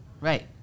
Right